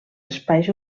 espais